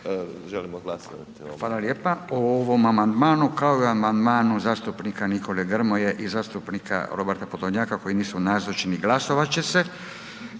ćemo glasovati